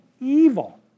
evil